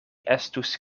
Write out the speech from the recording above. estus